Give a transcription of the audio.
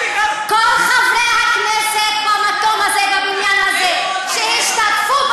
כל חברי הכנסת במקום הזה, בבניין הזה, שהשתתפו,